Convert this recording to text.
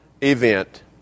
event